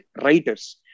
writers